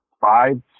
five